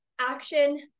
action